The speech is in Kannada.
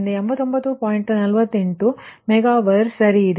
48 Mega Var ಸರಿಯಿದೆ